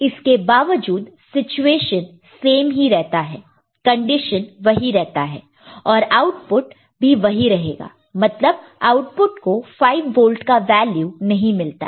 इसके बावजूद situation same ही रहता है कंडीशन वही रहता है और आउटपुट भी वही रहेगा मतलब आउटपुट को 5 वोल्ट का वैल्यू नहीं मिलता है